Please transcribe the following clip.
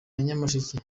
nyamasheke